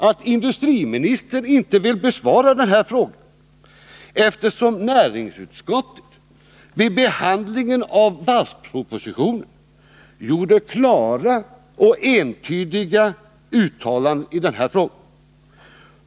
Att industriministern inte vill besvara den framställda frågan är så mycket märkligare som näringsutskottet vid behandlingen av varvspropositionen gjorde klara och entydiga uttalanden i denna fråga.